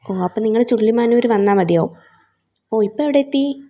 ഓ അപ്പോൾ നിങ്ങൾ ചുള്ളിമാനൂർ വന്നാൽ മതിയാവും ഓ ഇപ്പോൾ എവിടെ എത്തി